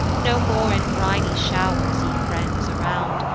no more in briny show'rs, ye friends around,